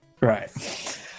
Right